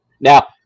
Now